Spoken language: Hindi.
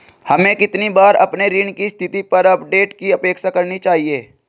हमें कितनी बार अपने ऋण की स्थिति पर अपडेट की अपेक्षा करनी चाहिए?